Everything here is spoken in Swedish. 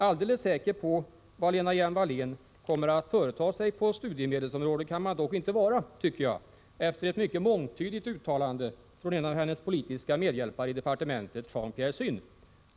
Alldeles säker på vad Lena Hjelm-Wallén kommer att företa sig på studiemedelsområdet kan man dock inte vara, efter ett mycket mångtydigt uttalande från en av hennes politiska medhjälpare i departementet, Jean Pierre Zune.